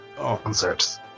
concerts